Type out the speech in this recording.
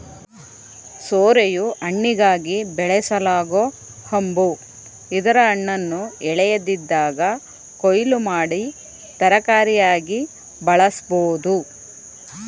ಸೋರೆಯು ಹಣ್ಣಿಗಾಗಿ ಬೆಳೆಸಲಾಗೊ ಹಂಬು ಇದರ ಹಣ್ಣನ್ನು ಎಳೆಯದಿದ್ದಾಗ ಕೊಯ್ಲು ಮಾಡಿ ತರಕಾರಿಯಾಗಿ ಬಳಸ್ಬೋದು